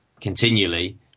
continually